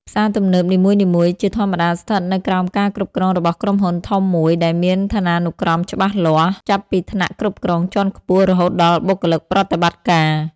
ផ្សារទំនើបនីមួយៗ ជាធម្មតាស្ថិតនៅក្រោមការគ្រប់គ្រងរបស់ក្រុមហ៊ុនធំមួយ ដែលមានឋានានុក្រមច្បាស់លាស់ ចាប់ពីថ្នាក់គ្រប់គ្រងជាន់ខ្ពស់ រហូតដល់បុគ្គលិកប្រតិបត្តិការ។